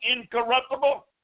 incorruptible